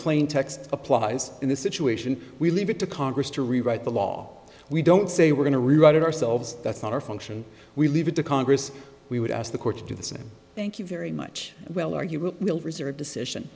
plain text applies in this situation we leave it to congress to rewrite the law we don't say we're going to rewrite it ourselves that's not our function we leave it to congress we would ask the court to do the same thank you very much well argue we'll reserve decision